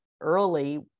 early